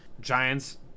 Giants